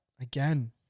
again